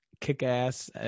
kick-ass